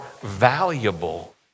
valuable